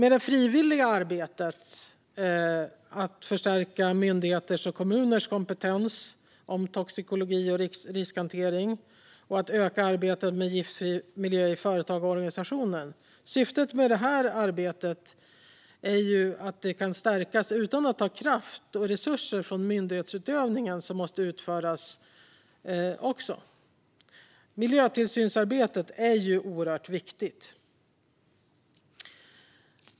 Det frivilliga arbetet med att förstärka myndigheters och kommuners kompetens när det gäller toxikologi och riskhantering och att öka arbetet med giftfri miljö i företag och organisationer kan stärkas utan att ta kraft och resurser från myndighetsutövningen, som också måste utföras. Miljötillsynsarbetet är ju oerhört viktigt.